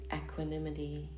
equanimity